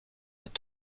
het